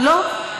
למה, אהה.